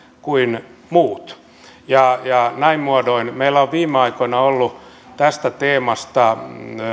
kuin muut näin muodoin meillä on viime aikoina ollut tästä teemasta